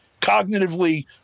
cognitively